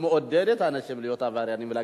מעודד את האנשים להיות עבריינים ולהגיד,